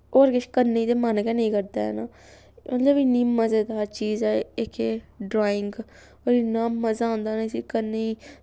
होर किश करने गी ते मन गै नेईं करदा है ना मतलब इन्नी मजेदार चीज ऐ एह् केह् ड्राइंग होर इन्ना मजा औंदा ना इस्सी करने गी